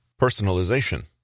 Personalization